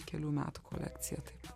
kelių metų kolekciją taip